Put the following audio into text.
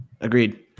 Agreed